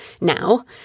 now